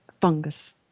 fungus